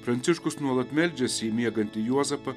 pranciškus nuolat meldžiasi į miegantį juozapą